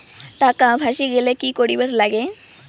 টাকা ফাঁসি গেলে কি করিবার লাগে?